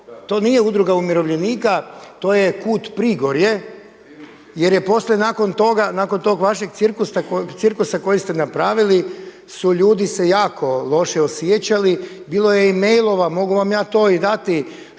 To nije udruga umirovljenika. To je KUD Prigorje jer je poslije toga, nakon tog vašeg cirkusa koji ste napravili su ljudi se jako loše osjećali. Bilo je i mailova, mogu vam ja to i dati